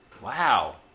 Wow